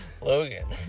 Logan